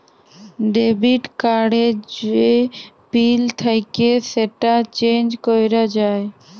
debit card এর যে pin থাক্যে সেটা চেঞ্জ ক্যরা যায়